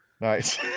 Nice